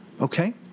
Okay